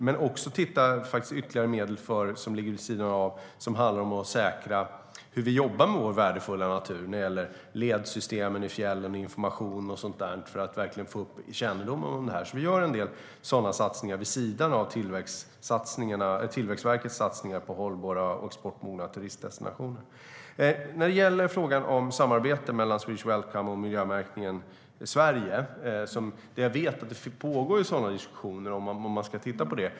Men vi ska också titta på ytterligare medel, vilket ligger vid sidan av, som handlar om att säkra hur vi jobbar med vår värdefulla natur när det gäller ledsystemen i fjällen, information och så vidare för att verkligen öka kännedomen om detta. Vi gör alltså en del sådana satsningar vid sidan av Tillväxtverkets satsningar på hållbara och exportmogna turistdestinationer. När det gäller frågan om samarbete mellan Swedish Welcome och Miljömärkning Sverige vet jag att det pågår diskussioner om det.